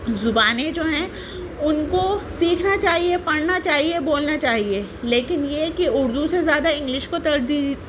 زبانیں جو ہیں ان کو سیکھنا چاہیے پڑھنا چاہیے بولنا چاہیے لیکن یہ کہ اردو سے زیادہ انگلش کو ترجیح